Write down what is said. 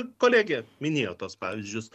kolegė minėjo tuos pavyzdžius